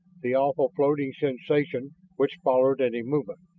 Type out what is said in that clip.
the awful floating sensation which followed any movement.